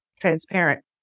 transparent